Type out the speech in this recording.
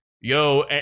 yo